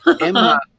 Emma